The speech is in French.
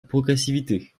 progressivité